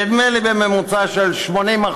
נדמה לי בממוצע של 80%,